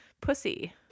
pussy